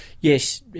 yes